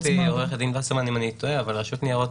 יתקן אותי עו"ד וסרמן אם אני טועה אבל רשות ניירות